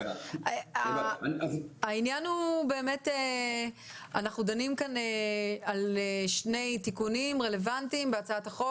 אנחנו דנים כאן בהצעת החוק על שני תיקונים רלוונטיים,